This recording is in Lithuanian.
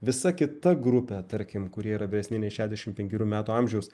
visa kita grupė tarkim kurie yra vyresni nei šešiasdešim penkerių metų amžiaus